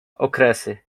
okresy